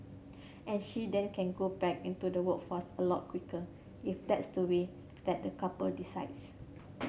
and she then can go back into the workforce a lot quicker if that's the way that the couple decides